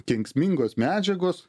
kenksmingos medžiagos